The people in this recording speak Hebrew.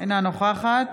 אינה נוכחת